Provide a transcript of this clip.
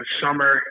summer